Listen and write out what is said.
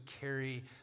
carry